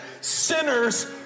sinners